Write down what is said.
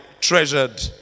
treasured